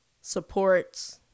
supports